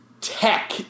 tech